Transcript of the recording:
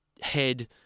head